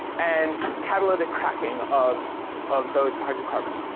and, catalytic cracking of of those hydrocarbons.